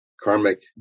karmic